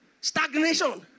stagnation